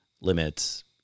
limits